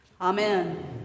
Amen